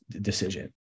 decision